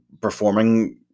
performing